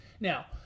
Now